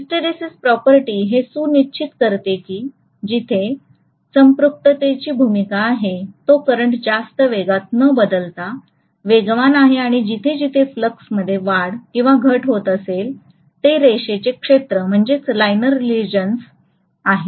hysteresis property हे सुनिश्चित करते की जिथे संपृक्ततेची भूमिका आहे तो करंट जास्त वेगात न बदलता वेगवान आहे आणि जिथे जिथे फ्लक्स मध्ये वाढ किंवा घट होत असेल ते रेषेचे क्षेत्र आहेत